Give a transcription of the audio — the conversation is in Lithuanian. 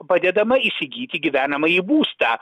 padedama įsigyti gyvenamąjį būstą